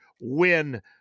win